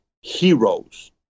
heroes